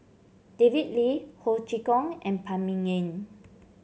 David Lee Ho Chee Kong and Phan Ming Yen